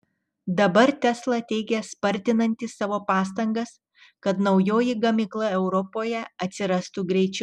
dabar tesla teigia spartinanti savo pastangas kad naujoji gamykla europoje atsirastų greičiau